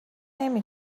نمی